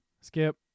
Skip